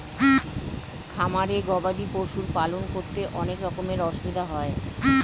খামারে গবাদি পশুর পালন করতে অনেক রকমের অসুবিধা হয়